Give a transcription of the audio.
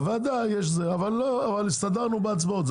אבל לא הסתדרנו בהצבעות.